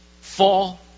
fall